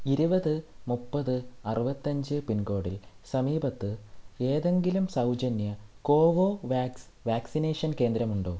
ഇരുപത് മുപ്പത് അറുപത്തഞ്ച് പിൻകോഡിൽ സമീപത്ത് ഏതെങ്കിലും സൗജന്യ കോവോവാക്സ് വാക്സിനേഷൻ കേന്ദ്രമുണ്ടോ